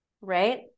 right